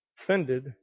offended